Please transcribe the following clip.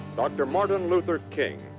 dr. martin luther king,